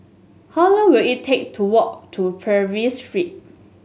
how long will it take to walk to Purvis Street